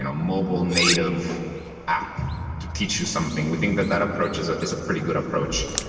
and um mobile, native app to teach you something, we think that that approach is ah is a pretty good approach.